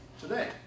today